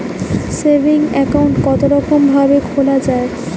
Saving account কতরকম ভাবে খোলা য়ায়?